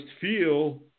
feel